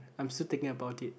I'm still thinking about it